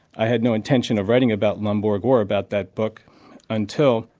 i had no intention of writing about lomborg or about that book until,